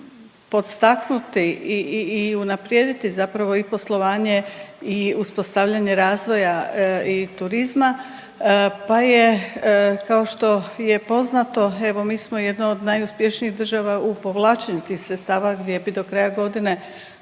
podstaknuti i unaprijediti zapravo i poslovanje i uspostavljanje razvoja i turizma pa je kao što je poznato evo mi smo jedna od najuspješnijih država u povlačenju tih sredstava gdje bi do kraja godine